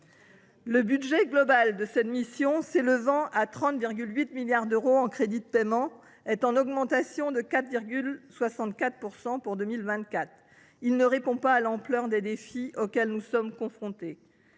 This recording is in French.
Le budget global de cette mission, qui s’élève à 30,8 milliards d’euros en crédits de paiement, est en augmentation de 4,64 % pour 2024. Il ne répond pas à l’ampleur des défis auxquels nous sommes confrontés.